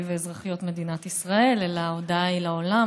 ואזרחיות מדינת ישראל אלא ההודעה היא לעולם,